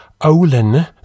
Olin